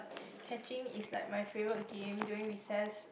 catching is like my favourite game during recess